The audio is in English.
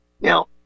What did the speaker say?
Now